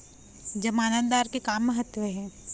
जमानतदार के का महत्व हे?